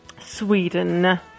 Sweden